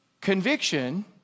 Conviction